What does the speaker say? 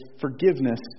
forgiveness